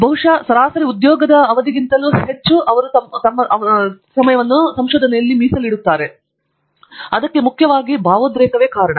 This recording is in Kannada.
ಬಹುಶಃ ಸರಾಸರಿ ಉದ್ಯೋಗ ಕ್ಕಿಂತ ಹೆಚ್ಚು ಜನರು ಹೊರಗಿನಿಂದಲೂ ಸಂಶೋಧನೆಗಳಲ್ಲಿ ಬಹಳ ಗಂಟೆಗಳಷ್ಟು ಕೆಲಸವನ್ನು ಮಾಡುತ್ತಾರೆ ಎಂದು ನೀವು ನೋಡುತ್ತೀರಿ ಅದಕ್ಕೆ ಮುಖ್ಯವಾಗಿ ಭಾವೋದ್ರೇಕದ ಕಾರಣ